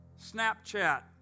Snapchat